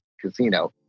casino